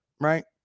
right